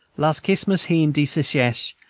las' kismas he in de secesh,